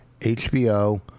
HBO